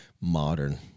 modern